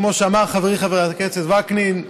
כמו שאמר חברי חבר הכנסת וקנין,